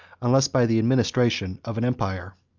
unless by the administration of an empire.